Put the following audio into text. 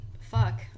fuck